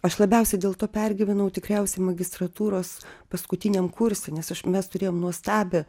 aš labiausiai dėl to pergyvenau tikriausiai magistratūros paskutiniam kurse nes aš mes turėjom nuostabią